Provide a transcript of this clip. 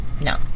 No